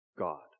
God